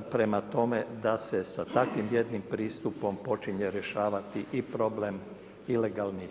Prema tome, da se sa takvim jednim pristupom počinje rješavati i problem ilegalnih